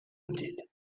haunted